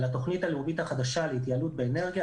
התכנית הלאומית החדשה להתייעלות באנרגיה,